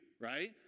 right